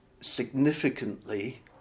significantly